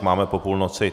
Máme po půlnoci.